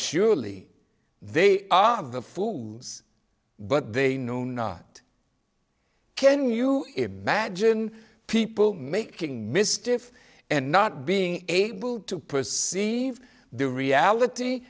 surely they are the fools but they know not can you imagine people making mischief and not being able to perceive the reality